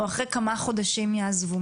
או שאחרי כמה חודשים הם יעזבו,